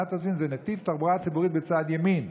נת"צים זה נתיב תחבורה ציבורית בצד ימין,